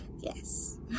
Yes